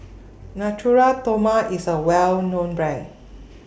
Natura Stoma IS A Well known Brand